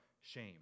Shame